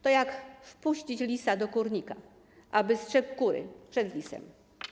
To jak wpuścić lisa do kurnika, aby strzegł kury przed lisem.